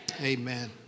Amen